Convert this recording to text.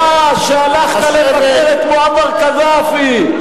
אתה שהלכת לבקר את מועמר קדאפי,